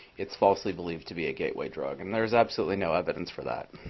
it's falsely believed to be a gateway drug. and there's absolutely no evidence for that.